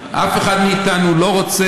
זה לא טוב לנו.